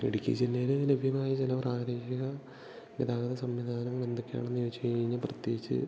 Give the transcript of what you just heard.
ഇടുക്കി ജില്ലയില് ലഭ്യമായ ചില പ്രാദേശിക ഗതാഗത സംവിധാനങ്ങളെന്തൊക്കെയാണെന്ന് ചോദിച്ച് കഴിഞ്ഞാൽ പ്രത്യേകിച്ച്